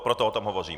Proto o tom hovořím.